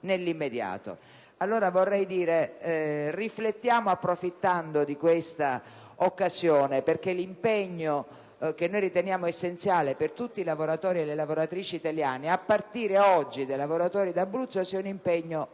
nell'immediato. Riflettiamo approfittando di questa occasione, perché l'impegno che noi riteniamo essenziale per tutti i lavoratori e le lavoratrici italiane, a partire dai lavoratori d'Abruzzo, sia